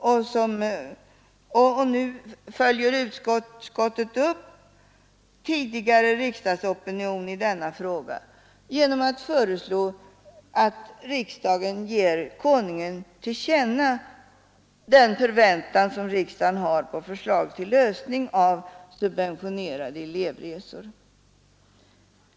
Nu följer utskottet upp tidigare riksdagsopinion i denna fråga genom att föreslå att riksdagen ger Konungen till känna den förväntan riksdagen har på förslag till lösning av frågan om subventionerade elevresor.